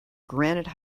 granite